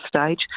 stage